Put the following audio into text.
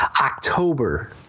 October